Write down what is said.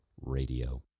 radio